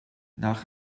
nach